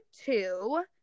two